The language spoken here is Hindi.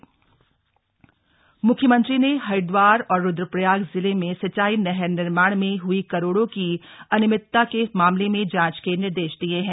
अनियमितता जांच म्ख्यमंत्री ने हरिद्वार और रुद्रप्रयाग जिले में सिंचाई नहर निर्माण में हई करोड़ों की अनियमितता के मामले में जांच के निर्देश दिए हैं